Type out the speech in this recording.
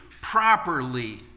properly